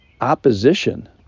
opposition